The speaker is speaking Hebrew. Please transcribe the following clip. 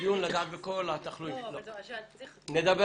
אם כבר אנחנו אומרים, אני חושבת